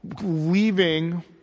leaving